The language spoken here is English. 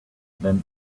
then